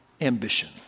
ambition